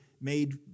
made